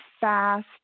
fast